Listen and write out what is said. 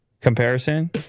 Comparison